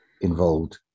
involved